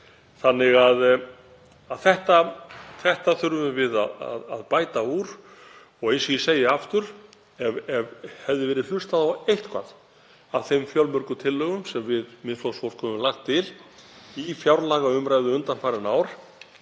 uppi. Þessu þurfum við að bæta úr og eins og ég segi aftur, ef það hefði verið hlustað á eitthvað af þeim fjölmörgu tillögum sem við Miðflokksfólk höfum lagt til í fjárlagaumræðu undanfarin ár